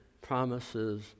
promises